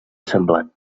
semblant